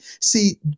See